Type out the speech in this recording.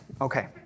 okay